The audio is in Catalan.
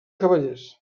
cavallers